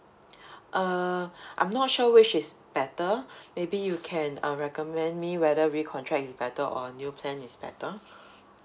uh I'm not sure which is better maybe you can uh recommend me whether recontract is better or new plan is better